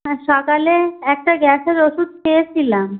হ্যাঁ সকালে একটা গ্যাসের ওষুধ খেয়েছিলাম